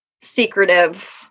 secretive